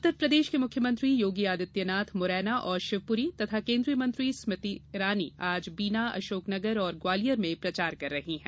उत्तर प्रदेश के मुख्यमंत्री योगी आदित्यनाथ मुरैना और शिवपुरी तथा केंद्रीय मंत्री स्मृति ईरानी आज बीना अशोक नगर और ग्वालियर में प्रचार कर रही हैं